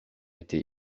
été